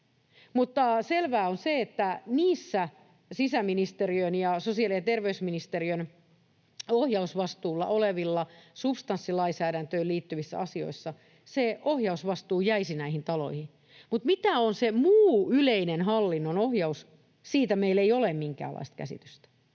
mutta selvää on se, että sisäministeriön ja sosiaali‑ ja terveysministeriön ohjausvastuulla olevissa substanssilainsäädäntöön liittyvissä asioissa se ohjausvastuu jäisi näihin taloihin. Siitä, mitä on se muu, yleinen hallinnon ohjaus, meillä ei ole minkäänlaista käsitystä,